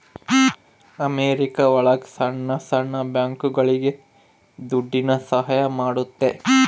America ಒಳಗ ಸಣ್ಣ ಸಣ್ಣ ಬ್ಯಾಂಕ್ಗಳುಗೆ ದುಡ್ಡಿನ ಸಹಾಯ ಮಾಡುತ್ತೆ